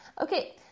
Okay